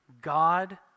God